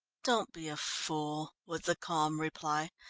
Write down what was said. don't be a fool, was the calm reply.